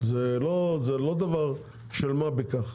זה לא דבר של מה בכך.